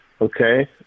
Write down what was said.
Okay